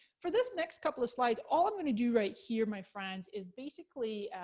for this next couple of slides, all i'm gonna do right here, my friends, is basically,